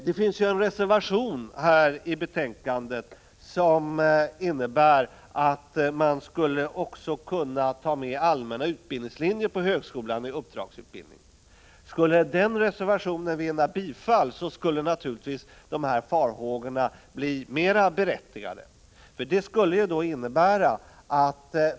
Det finns en reservation fogad till betänkandet som innebär att man också skulle kunna ta med allmänna utbildningslinjer som uppdragsutbildning på högskolan. Om den reservationen skulle vinna bifall, skulle de nämnda farhågorna naturligtvis bli mer berättigade.